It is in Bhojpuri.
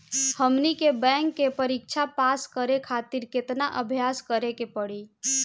हमनी के बैंक के परीक्षा पास करे खातिर केतना अभ्यास करे के पड़ी?